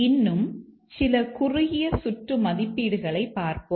இன்னும் சில குறுகிய சுற்று மதிப்பீடுகளைப் பார்ப்போம்